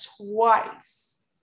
twice